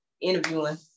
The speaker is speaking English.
interviewing